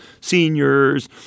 seniors